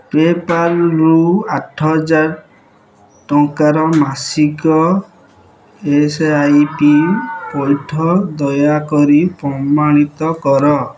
ପେ'ପାଲ୍ରୁ ଆଠହଜାର ଟଙ୍କାର ମାସିକ ଏସ୍ ଆଇ ପି ପଇଠ ଦୟାକରି ପ୍ରମାଣିତ କର